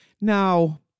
Now